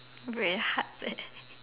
very hard leh